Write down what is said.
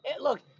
Look